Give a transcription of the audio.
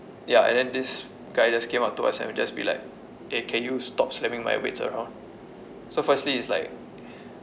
ya and then this guy just came out to us and just be like eh can you stop slamming my weights around so firstly it's like